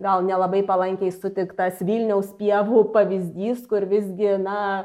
gal nelabai palankiai sutiktas vilniaus pievų pavyzdys kur visgi na